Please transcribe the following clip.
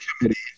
committee